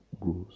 grows